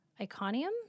Iconium